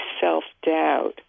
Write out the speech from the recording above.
self-doubt